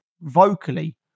vocally